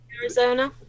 Arizona